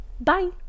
bye